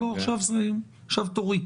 עכשיו, תורי.